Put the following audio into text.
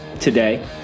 today